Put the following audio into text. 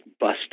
bust